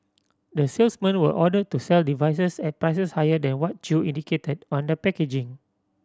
the salesmen were ordered to sell devices at prices higher than what Chew indicated on the packaging